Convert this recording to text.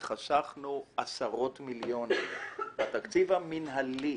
ואכן חסכנו עשרות מיליונים בתקציב המינהלי.